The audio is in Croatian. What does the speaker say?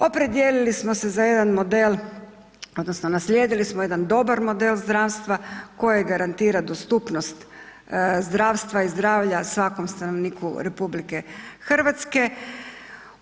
Opredijelili smo se za jedan model odnosno naslijedili smo jedan dobar model zdravstva koji garantira dostupnost zdravstva i zdravlja svakom stanovniku Republike Hrvatske.